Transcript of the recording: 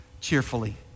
cheerfully